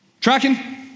Tracking